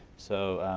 so